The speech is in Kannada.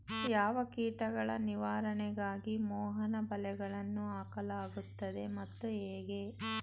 ಯಾವ ಕೀಟಗಳ ನಿವಾರಣೆಗಾಗಿ ಮೋಹನ ಬಲೆಗಳನ್ನು ಹಾಕಲಾಗುತ್ತದೆ ಮತ್ತು ಹೇಗೆ?